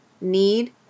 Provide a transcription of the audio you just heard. Need